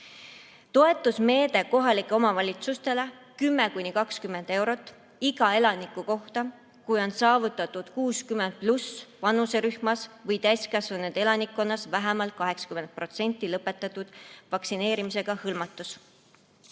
toetusmeede kohalikele omavalitsustele 10–20 eurot iga elaniku kohta, kui on saavutatud vanuserühmas 60+ või täiskasvanud elanikkonnas vähemalt 80%‑line lõpetatud vaktsineerimisega hõlmatus.